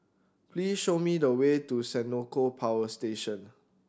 please show me the way to Senoko Power Station